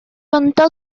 contó